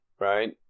right